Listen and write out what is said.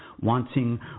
wanting